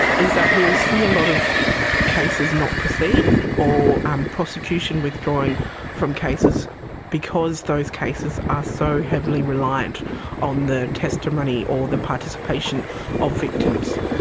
is that we will see a lot of cases not proceed or um prosecution withdrawing from cases because those cases are so heavily reliant on the testimony or the participation of victims.